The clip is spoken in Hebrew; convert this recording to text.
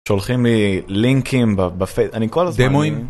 ‫שולחים לי לינקים בפייסבוק, ‫אני כל הזמן... ‫-דמויים.